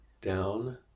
down